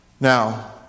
Now